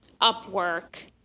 Upwork